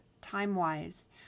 time-wise